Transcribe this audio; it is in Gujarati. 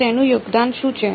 તો તેનું યોગદાન શું છે